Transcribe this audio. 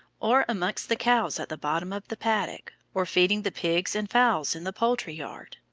or among the cows at the bottom of the paddock, or feeding the pigs and fowls in the poultry yard.